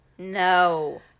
No